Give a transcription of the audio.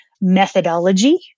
methodology